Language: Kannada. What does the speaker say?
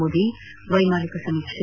ಮೋದಿ ವೈಮಾನಿಕ ಸಮೀಕ್ಷೆ